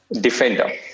Defender